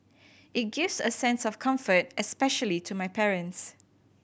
it gives a sense of comfort especially to my parents